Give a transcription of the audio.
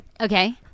Okay